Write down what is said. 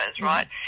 right